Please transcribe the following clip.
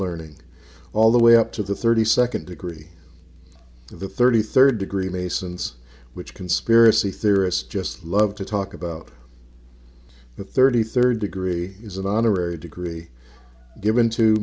learning all the way up to the thirty second degree the thirty third degree masons which conspiracy theorists just love to talk about the thirty third degree is an honorary degree given to